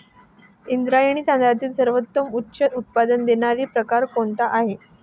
इंद्रायणी तांदळातील सर्वोत्तम उच्च उत्पन्न देणारा प्रकार कोणता आहे?